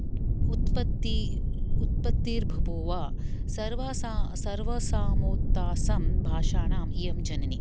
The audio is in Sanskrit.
उत् उत्पत्ति उत्पर्त्ति बभूवः सर्वासां सर्वासाम् उत तासां भाषाणाम् इयं जननी